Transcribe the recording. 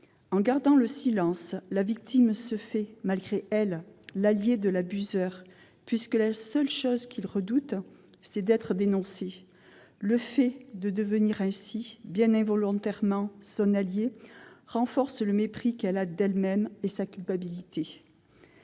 En gardant le silence, la victime se fait, malgré elle, l'alliée de l'abuseur, puisque la seule chose que celui-ci redoute, c'est d'être dénoncé. Le fait de devenir ainsi, bien involontairement, son alliée, renforce le mépris que la victime a d'elle-même et son sentiment